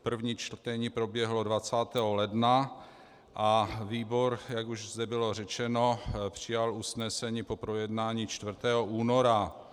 První čtení proběhlo 20. ledna a výbor, jak už zde bylo řečeno, přijal usnesení po projednání 4. února.